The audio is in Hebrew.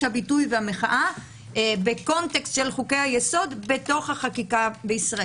הביטוי והמחאה בקונטקסט של חוקי היסוד בתוך החקיקה בישראל.